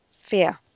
fear